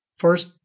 First